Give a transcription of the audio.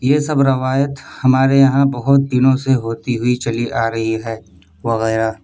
یہ سب روایت ہمارے یہاں بہت دنوں سے ہوتی ہوئی چلی آ رہی ہے وغیرہ